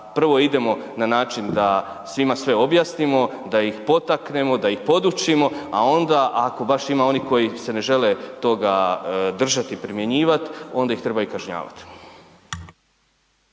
prvo idemo na način da svima sve objasnimo, da ih potaknemo, da ih podučimo, a onda ako baš ima onih koji se ne žele toga držati i primjenjivat onda ih treba i kažnjavat.